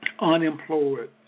unemployed